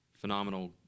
phenomenal